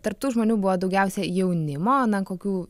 tarp tų žmonių buvo daugiausiai jaunimo na kokių